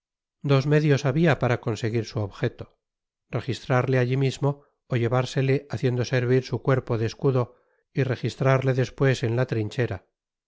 dos medios habia para conseguir su objeto registrarle alli mismo ó llevársele haciendo servir su cuerpo de escudo y registrarle despues en la trinchera